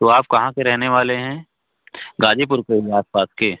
तो आप कहाँ के रहने वाले हैं गाज़ीपुर के ही आसपास के